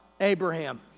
Abraham